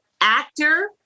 actor